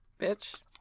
Bitch